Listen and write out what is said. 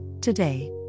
today